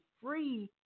free